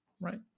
right